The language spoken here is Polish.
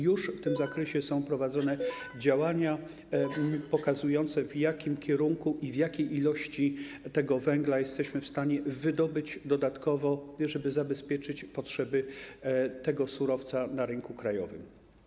Już w tym zakresie są prowadzone działania pokazujące, w jakim kierunku... jaką ilość tego węgla jesteśmy w stanie wydobyć dodatkowo, żeby zabezpieczyć zapotrzebowanie na ten surowiec na rynku krajowym.